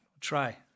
Try